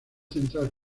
central